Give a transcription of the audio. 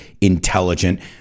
intelligent